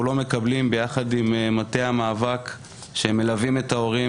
לא מקבלים יחד עם מטה המאבק שמלווים את ההורים,